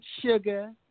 sugar